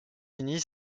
unis